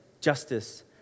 justice